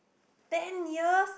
ten years